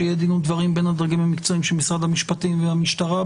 שיהיה דין ודברים בין הדרגים המקצועיים של משרד המשטים והמשטרה.